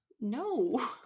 No